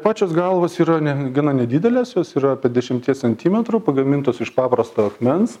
pačios galvos yra ne gana nedidelės jos yra apie dešimties centimetrų pagamintos iš paprasto akmens